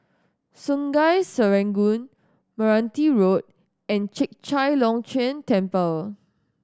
Sungei Serangoon Meranti Road and Chek Chai Long Chuen Temple